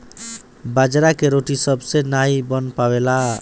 बाजरा के रोटी सबसे नाई बन पावेला